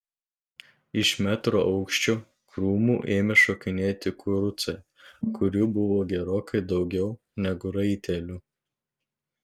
iš metro aukščio krūmų ėmė šokinėti kurucai kurių buvo gerokai daugiau negu raitelių